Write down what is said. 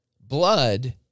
Blood